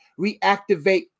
reactivate